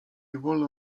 wolno